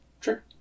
Sure